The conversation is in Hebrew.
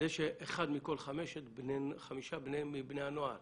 זה שאחד מכל חמישה מבני הנוער